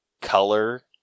color